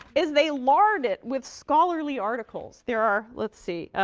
is they lard it with scholarly articles. there are let's see